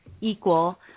equal